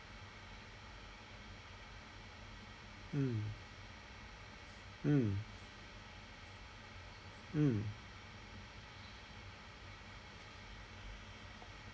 mm mm mm